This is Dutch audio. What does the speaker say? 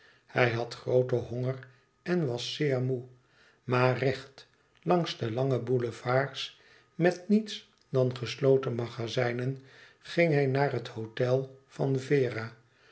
hij had grooten honger en was zeer moê maar recht langs de lange boulevards met niets dan gesloten magazijnen ging hij naar het hôtel van vera